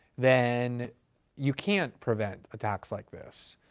then you can't prevent attacks like this.